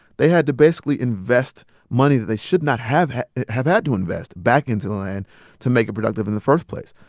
they had to basically invest money that they should not have had have had to invest back into the land to make it productive in the first place.